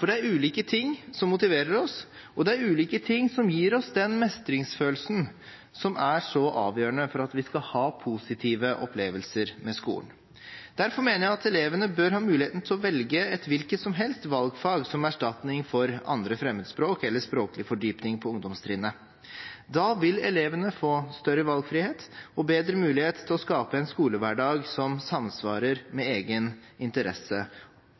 For det er ulike ting som motiverer oss, og det er ulike ting som gir oss den mestringsfølelsen som er så avgjørende for at vi skal ha positive opplevelser med skolen. Derfor mener jeg at elevene bør ha muligheten til å velge et hvilket som helst valgfag som erstatning for 2. fremmedspråk eller språklig fordypning på ungdomstrinnet. Da vil elevene få større valgfrihet og bedre mulighet til å skape en skolehverdag som samsvarer med egen interesse